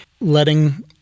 letting